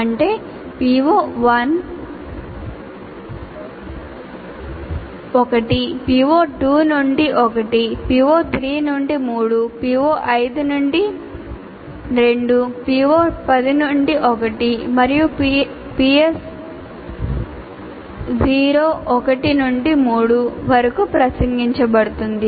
అంటే PO1 1 PO2 నుండి 1 PO3 నుండి 3 PO5 నుండి 2 PO10 నుండి 1 మరియు PSO1 నుండి 3 వరకు ప్రసంగించబడుతుంది